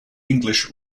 english